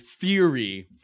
theory